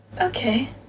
Okay